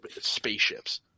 spaceships